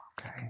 Okay